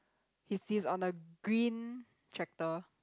he's he's on the green tractor